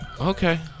Okay